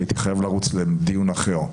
כי הייתי חייב לרוץ לדיון אחר.